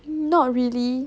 not really